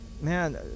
man